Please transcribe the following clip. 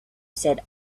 said